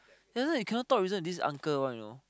ya then you cannot talk reason with this uncle one you know